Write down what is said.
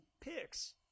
picks